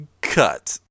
Cut